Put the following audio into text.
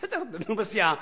בסדר, תדון בסיעה.